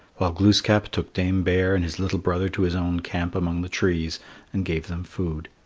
while glooskap took dame bear and his little brother to his own camp among the trees and gave them food.